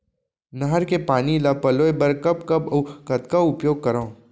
नहर के पानी ल पलोय बर कब कब अऊ कतका उपयोग करंव?